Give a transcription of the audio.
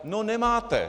No nemáte.